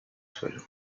suelo